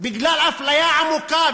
בגלל אפליה עמוקה.